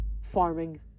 farming